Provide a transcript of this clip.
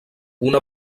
una